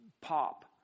pop